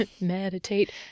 Meditate